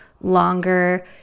longer